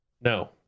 No